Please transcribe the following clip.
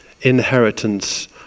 inheritance